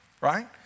right